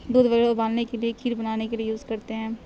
دودھ وغیرہ ابالنے کے لیے کھیر بنانے کے لیے یوز کرتے ہیں